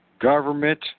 government